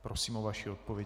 Prosím o vaši odpověď.